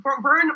burn